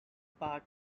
part